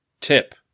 tip